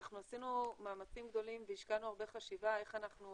אנחנו עשינו מאמצים גדולים והשקענו הרבה חשיבה איך אנחנו